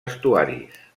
estuaris